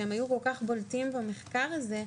שהיו כל כך בולטים במחקר הזה,